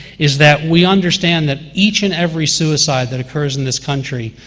is that we understand that each and every suicide that occurs in this country,